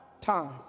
time